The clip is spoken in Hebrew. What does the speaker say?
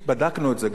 אנחנו בדקנו את זה,